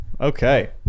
okay